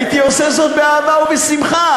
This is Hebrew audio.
הייתי עושה זאת באהבה ובשמחה,